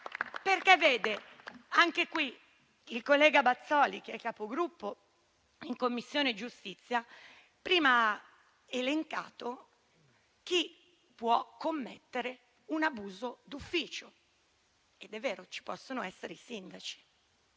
Il collega Bazoli, che è Capogruppo in Commissione giustizia, prima ha elencato chi può commettere un abuso d'ufficio. È vero, possono essere i sindaci,